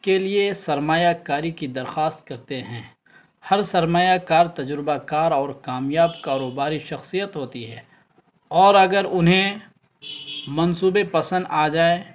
کے لیے سرمایہ کاری کی درخواست کرتے ہیں ہر سرمایہ کار تجربہ کار اور کامیاب کاروباری شخصیت ہوتی ہے اور اگر انہیں منصوبے پسند آ جائے